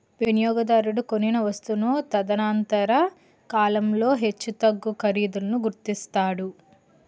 వినియోగదారుడు కొనిన వస్తువును తదనంతర కాలంలో హెచ్చుతగ్గు ఖరీదులను గుర్తిస్తాడు